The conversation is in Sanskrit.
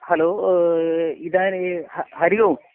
हलो इदानीं हरिः ओम्